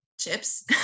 chips